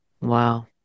wow